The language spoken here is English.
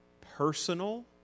personal